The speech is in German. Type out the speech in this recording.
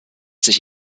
sich